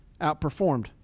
outperformed